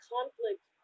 Conflict